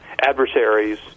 adversaries